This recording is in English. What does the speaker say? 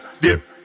dip